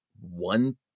one